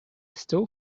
still